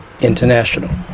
International